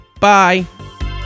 Bye